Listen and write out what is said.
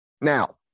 Now